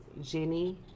Jenny